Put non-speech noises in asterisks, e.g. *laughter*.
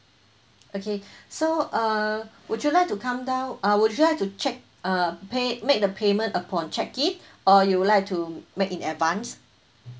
okay *breath* so uh would you like to come down uh would you like to check uh paid make the payment upon check in or you would like to make in advance